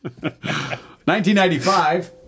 1995